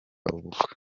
ubukwe